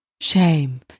shame